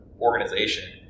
organization